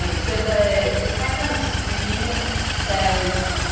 and so the the text on the screen says,